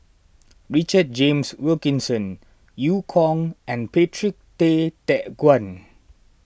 Richard James Wilkinson Eu Kong and Patrick Tay Teck Guan